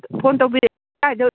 phone ꯇꯧꯕꯤꯔꯛꯏꯁꯦ ꯀꯥꯏꯗ